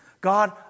God